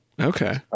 Okay